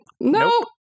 No